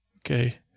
Okay